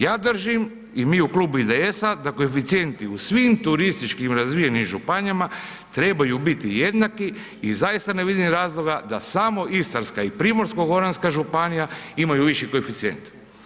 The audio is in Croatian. Ja držim i mi u klubu IDS-a da koeficijenti u svim turističkim razvijenim županijama trebaju biti jednaki i zaista ne vidim razloga da samo Istarska i Primorsko-goranska županija imaju viši koeficijent.